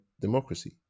democracy